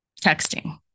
texting